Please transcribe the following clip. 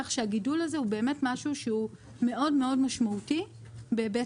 כך שהגידול הזה הוא באמת משהו שהוא מאוד-מאוד משמעותי בהיבט